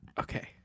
Okay